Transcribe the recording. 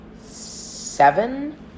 seven